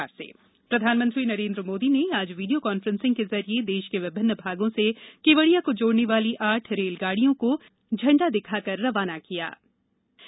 PM Kevadia प्रधानमंत्री नरेन्द्र मोदी ने आज वीडियो कॉन्फ्रेंस के जरिए देश के विभिन्न भागों से केवड़िया को जोड़ने वाली आठ रेलगाड़ियां झंडी दिखाकर रवाना कीं